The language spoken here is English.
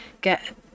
get